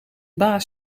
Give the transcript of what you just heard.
baas